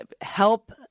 help